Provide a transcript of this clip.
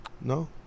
No